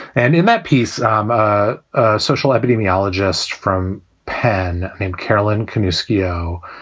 and in that piece um ah ah social epidemiologist from penn named carolyn kamu ceo,